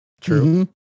True